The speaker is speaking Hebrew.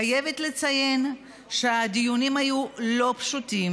אני חייבת לציין שהדיונים היו לא פשוטים.